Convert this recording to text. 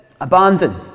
abandoned